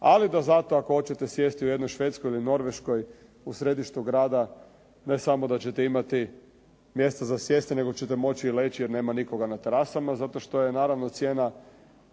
ali da zato ako hoćete sjesti u jednoj Švedskoj ili Norveškoj u središtu grada, ne samo da ćete imati mjesta za sjesti nego ćete moći i leći jer nema nikoga na terasama zato što je naravno cijena